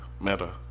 meta